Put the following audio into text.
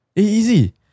Easy